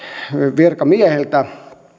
virkamiehiltä